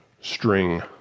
string